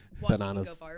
bananas